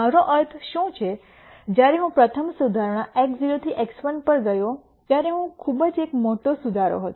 મારો અર્થ શું છે જ્યારે હું પ્રથમ સુધારણા x0 થી x1 થી ગયો ત્યારે હું ખૂબ જ એક મોટો સુધારો હતો